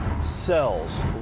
cells